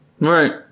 right